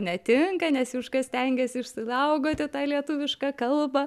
netinka nes juška stengiasi išsaugoti tą lietuvišką kalbą